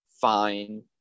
fine